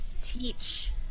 Teach